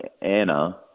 Anna